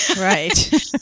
Right